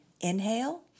inhale